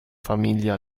famiglia